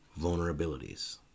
vulnerabilities